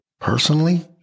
personally